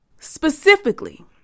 specifically